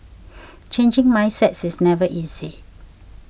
changing mindsets is never easy